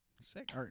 Sick